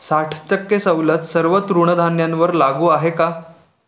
साठ टक्के सवलत सर्व तृणधान्यांवर लागू आहे का